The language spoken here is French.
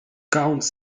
quarante